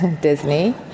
Disney